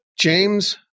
James